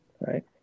right